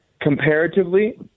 comparatively